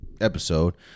episode